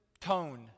tone